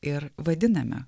ir vadiname